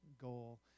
goal